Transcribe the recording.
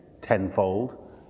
tenfold